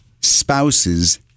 spouses